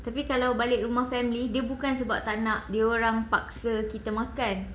tapi kalau balik rumah family dia bukan sebab tak nak dia orang paksa kita makan